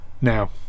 Now